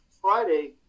Friday